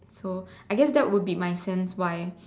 so I guess that would be my sense why